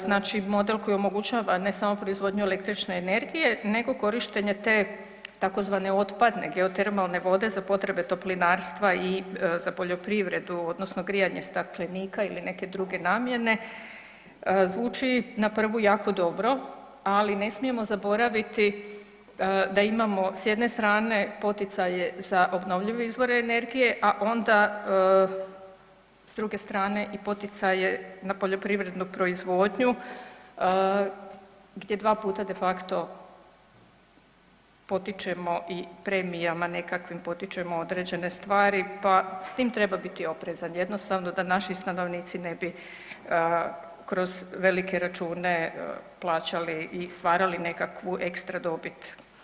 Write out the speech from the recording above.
Znači model koji omogućava ne samo proizvodnju električne energije nego korištenje te tzv. otpadne geotermalne vode za potrebe toplinarstva i za poljoprivredu odnosno grijanje staklenika ili neke druge namjene zvuči na prvu jako dobro, ali ne smijemo zaboraviti da imamo s jedne strane poticaje za obnovljive izvore energije, a onda s druge strane i poticaje na poljoprivrednu proizvodnju gdje dva puta de facto potičemo i premijama nekakvim potičemo određene stvari, pa s tim treba biti oprezan jednostavno da naši stanovnici ne bi kroz velike račune plaćali i stvarali nekakvu ekstra dobit.